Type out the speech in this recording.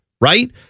right